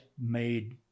made